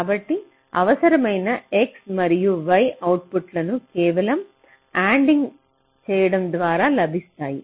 కాబట్టి అవసరమైన x మరియు y అవుట్పుట్లను కేవలం అండ్ఇంగ్ చేయడం ద్వారా లభిస్తాయి